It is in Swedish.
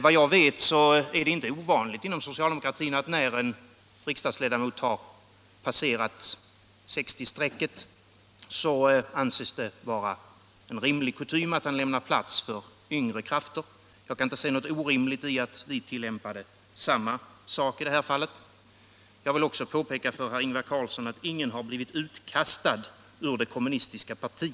Vad jag vet är det inte ovanligt inom socialdemokratin att när en riksdagsledamot har passerat 60-strecket, så anses det vara en rimlig kutym att han lämnar platsen för yngre krafter. Jag kan inte se något orimligt i att vi tillämpar samma sak. Jag vill också påpeka att ingen har blivit utkastad ur det kommunistiska partiet.